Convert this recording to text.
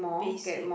basic